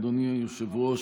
אדוני היושב-ראש,